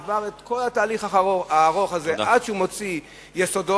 עבר את כל התהליך הארוך הזה עד שהוא מוציא יסודות,